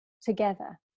Together